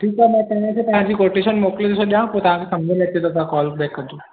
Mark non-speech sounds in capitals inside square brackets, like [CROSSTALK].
ठीकु आहे मां [UNINTELLIGIBLE] तव्हां जी कोटेशन मोकिले छॾिया पोइ तव्हां खे सम्झि में अचे थो त कॉल बैक कजो